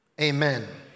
Amen